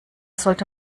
sollte